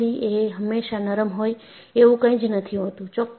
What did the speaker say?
સામગ્રી એ હંમેશા નરમ હોય એવું કંઈ જ નથી હોતું